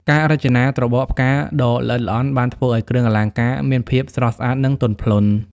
ការរចនាត្របកផ្កាដ៏ល្អិតល្អន់បានធ្វើឱ្យគ្រឿងអលង្ការមានភាពស្រស់ស្អាតនិងទន់ភ្លន់។